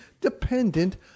dependent